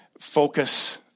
focus